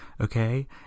okay